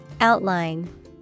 Outline